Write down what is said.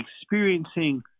experiencing